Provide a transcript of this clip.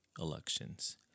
elections